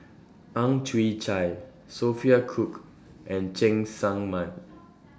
Ang Chwee Chai Sophia Cooke and Cheng Tsang Man